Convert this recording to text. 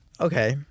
Okay